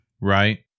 Right